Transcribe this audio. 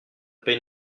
paye